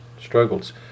struggles